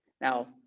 Now